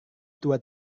tua